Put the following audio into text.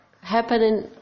happening